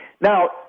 Now